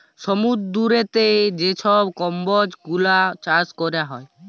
সমুদ্দুরেতে যে ছব কম্বজ গুলা চাষ ক্যরা হ্যয়